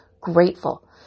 grateful